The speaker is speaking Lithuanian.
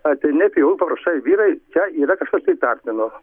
ateini prie jų parašai vyrai čia yra kažkas tai įtartino